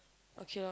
okay lor